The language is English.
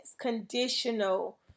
conditional